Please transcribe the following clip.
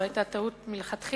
זאת היתה טעות מלכתחילה,